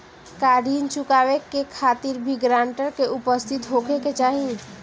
का ऋण चुकावे के खातिर भी ग्रानटर के उपस्थित होखे के चाही?